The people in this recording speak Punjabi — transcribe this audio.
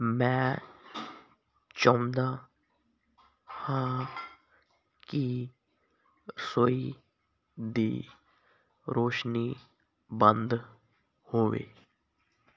ਮੈਂ ਚਾਹੁੰਦਾ ਹਾਂ ਕਿ ਰਸੋਈ ਦੀ ਰੋਸ਼ਨੀ ਬੰਦ ਹੋਵੇ